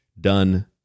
done